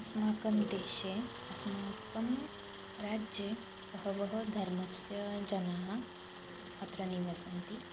अस्माकं देशे अस्माकं राज्ये बहवः धर्मस्य जनाः अत्र निवसन्ति